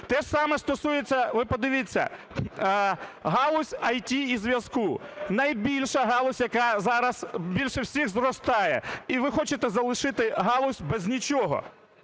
Те ж саме стосується, ви подивіться, галузь IT і зв'язку - найбільша галузь, яка зараз більше всіх зростає, і ви хочете залишити галузь без нічого,